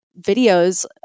videos